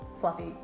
fluffy